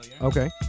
Okay